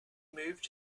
moved